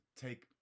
take